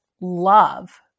love